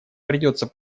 придется